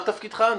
מה תפקידך?